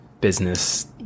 business